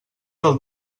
del